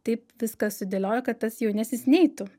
taip viską sudėliojo kad tas jaunesnis neitų